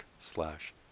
slash